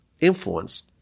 influence